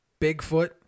Bigfoot